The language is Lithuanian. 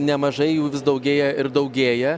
nemažai jų vis daugėja ir daugėja